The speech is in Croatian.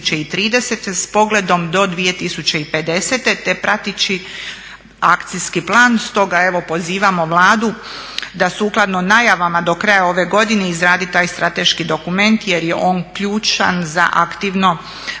s pogledom do 2050. te prateći akcijski plan. Stoga evo pozivamo Vladu da sukladno najavama do kraja ove godine izradi taj strateški dokument jer je on ključan za aktivno